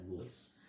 voice